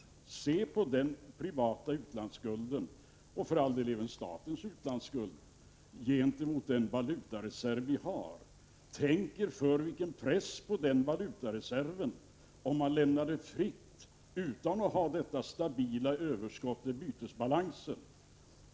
Se på den privata utlandsskulden, för all del även statens utlandsskuld, i förhållande till den valutareserv som vi har. Tänk er för vilken press på valutareserven det skulle innebära om man lämnade fritt utan att ha detta stabila överskott i bytesbalansen.